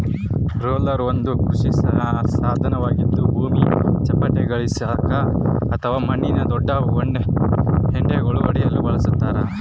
roller ಒಂದು ಕೃಷಿ ಸಾಧನವಾಗಿದ್ದು ಭೂಮಿ ಚಪ್ಪಟೆಗೊಳಿಸಾಕ ಅಥವಾ ಮಣ್ಣಿನ ದೊಡ್ಡ ಹೆಂಟೆಳನ್ನು ಒಡೆಯಲು ಬಳಸತಾರ